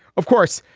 of course,